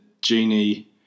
genie